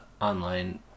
online